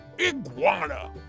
Iguana